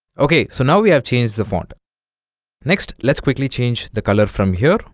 okay so now we have changed the font next let's quickly change the color from here